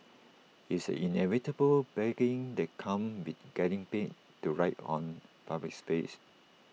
it's the inevitable baggage the comes with getting paid to write on A public space